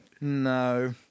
No